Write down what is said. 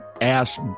ass